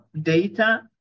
data